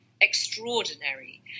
extraordinary